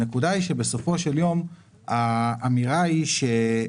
הנקודה היא שבסופו של יום האמירה היא שמי